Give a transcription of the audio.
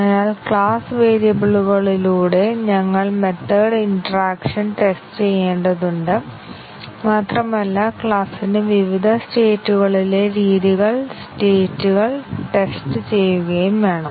അതിനാൽ ക്ലാസ് വേരിയബിളുകളിലൂടെ ഞങ്ങൾ മെത്തേഡ് ഇന്റെറാകഷൻ ടെസ്റ്റ് ചെയ്യേണ്ടതുണ്ട് മാത്രമല്ല ക്ലാസിന്റെ വിവിധ സ്റ്റേറ്റ്കളിലെ രീതികൾ സ്റ്റേറ്റ്കൾ ടെസ്റ്റ് ചെയ്യുകയും വേണം